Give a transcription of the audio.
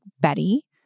Betty